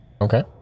Okay